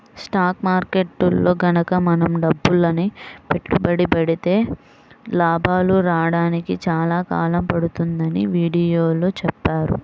stock మార్కెట్టులో గనక మనం డబ్బులని పెట్టుబడి పెడితే లాభాలు రాడానికి చాలా కాలం పడుతుందని వీడియోలో చెప్పారు